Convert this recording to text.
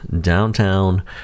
downtown